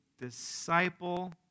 disciple